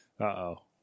Uh-oh